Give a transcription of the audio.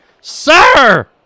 Sir